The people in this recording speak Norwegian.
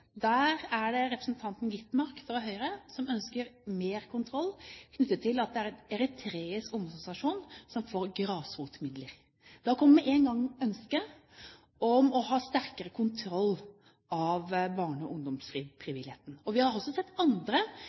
Der er det representanten Skovholt Gitmark fra Høyre som ønsker mer kontroll knyttet til at det er en eritreisk ungdomsorganisasjon som får grasrotmidler. Da kommer med én gang ønsket om å ha sterkere kontroll av barne- og ungdomsfrivilligheten. Vi har også sett andre